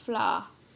flour